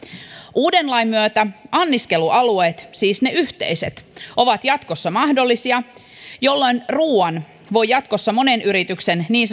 uuden lain myötä anniskelualueet siis ne yhteiset ovat jatkossa mahdollisia jolloin ruuan voi jatkossa monen yrityksen niin